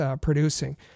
producing